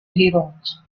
heroes